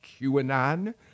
QAnon